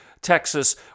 Texas